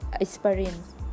experience